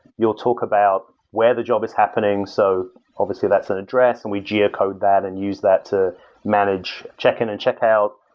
you'll talk about where the job is happening. so obviously that's an address, and we geo code that and use that to manage check in and check out.